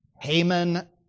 Haman